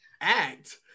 act